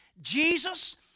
Jesus